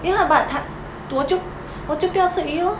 ya lah but 它我就我就不要吃鱼 lor